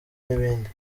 n’ibindi